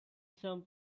some